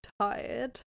tired